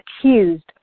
accused